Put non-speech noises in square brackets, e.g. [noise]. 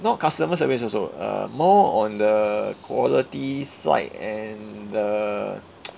not customer service also err more on the quality side and the [noise]